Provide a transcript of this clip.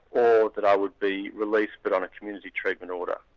or that i would be released, but on a community treatment order.